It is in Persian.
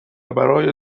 برای